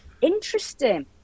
Interesting